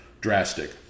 drastic